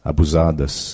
Abusadas